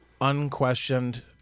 unquestioned